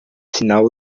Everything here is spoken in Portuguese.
sinal